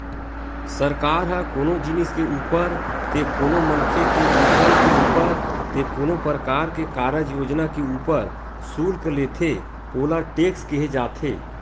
सरकार ह कोनो जिनिस के ऊपर ते कोनो मनखे के इनकम के ऊपर ते कोनो परकार के कारज योजना के ऊपर सुल्क लेथे ओला टेक्स केहे जाथे